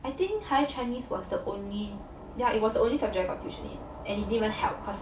I think higher chinese was the only ya it was only subject I got tuition in and it didn't even help cause